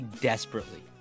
Desperately